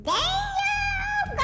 Daniel